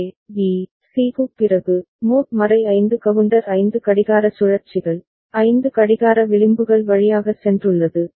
A B C க்குப் பிறகு mod 5 counter 5 கடிகார சுழற்சிகள் 5 கடிகார விளிம்புகள் வழியாக சென்றுள்ளது